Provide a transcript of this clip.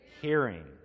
hearing